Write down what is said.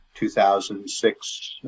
2006